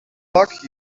luck